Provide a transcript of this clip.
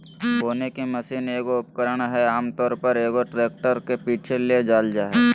बोने की मशीन एगो उपकरण हइ आमतौर पर, एगो ट्रैक्टर के पीछे ले जाल जा हइ